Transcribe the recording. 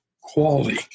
quality